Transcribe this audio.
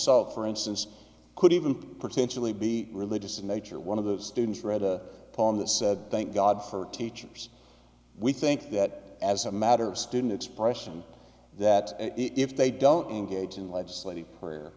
sell for instance could even potentially be religious in nature one of the students read a poem that said thank god for teachers we think that as a matter of student expression that if they don't engage in legislative prayer